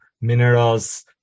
minerals